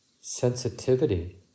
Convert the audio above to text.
sensitivity